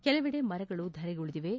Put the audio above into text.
ಕೆಲವೆಡೆ ಮರಗಳು ಧರೆಗುರುಳಿವೆ